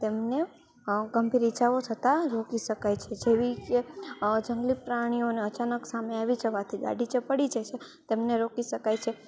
તેમને ગંભીર ઈજાઓ થતાં રોકી શકાય છે જેવી કે જંગલી પ્રાણીઓને અચાનક સામે આવી જવાથી ગાડી જે પડી જાય છે તેમને રોકી શકાય છે